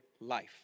life